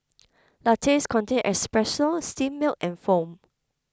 lattes contain espresso steamed milk and foam